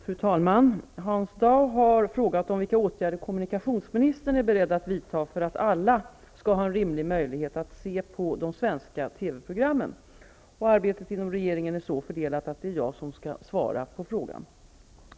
Fru talman! Hans Dau har frågat vilka åtgärder kommunikationsministern är beredd att vidta för att alla skall ha en rimlig möjlighet att se på de svenska TV-programmen. Arbetet inom regeringen är så fördelat att det är jag som skall svara på frågan.